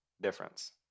difference